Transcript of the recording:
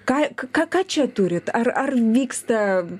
ką k ką ką čia turit ar ar vyksta